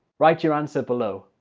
write your answer below.